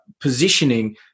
positioning